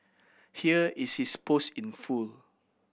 here is his post in full